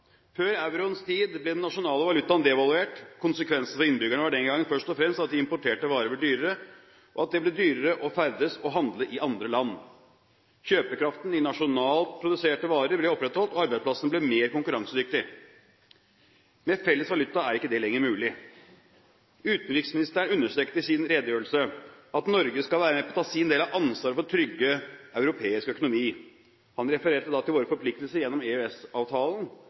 Før euroens tid ble den nasjonale valutaen devaluert. Konsekvensen for innbyggerne var den gangen først og fremst at de importerte varene ble dyrere, og at det ble dyrere å ferdes og handle i andre land. Kjøpekraften med hensyn til nasjonalt produserte varer ble opprettholdt, og arbeidsplassene ble mer konkurransedyktige. Med felles valuta er ikke det lenger mulig. Utenriksministeren understreket i sin redegjørelse at Norge skal være med på å ta sin del av ansvaret for å trygge europeisk økonomi. Han refererte da til våre forpliktelser gjennom